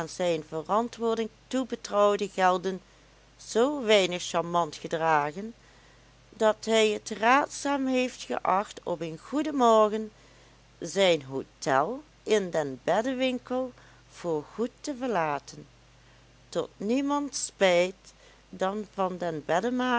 zijne verantwoording toebetrouwde gelden zoo weinig charmant gedragen dat hij het raadzaam heeft geacht op een goeden morgen zijn hotel in den beddewinkel voor goed te verlaten tot niemands spijt dan van den